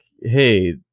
hey